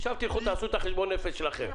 עכשיו לכו ותעשו את חשבון הנפש שלכם.